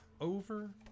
over